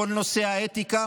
כל נושא האתיקה,